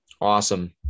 Awesome